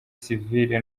sivile